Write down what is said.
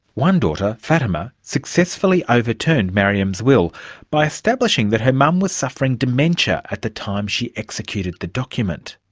one daughter, fatima, successfully overturned mariem's will by establishing that her mum was suffering dementia at the time she executed the document.